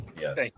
Yes